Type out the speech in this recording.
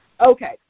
Okay